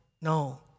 no